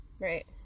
Right